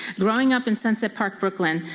growing up in sunset park, brooklyn,